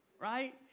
right